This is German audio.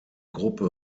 gruppe